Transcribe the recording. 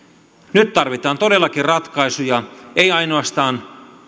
nyt tarvitaan todellakin ratkaisuja ei ainoastaan